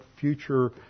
future